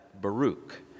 Baruch